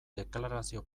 deklarazio